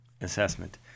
assessment